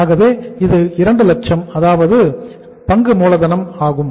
ஆகவே இது 2 லட்சம் அதாவது 200000 ரூபாய் பங்கு மூலதனம் சரியா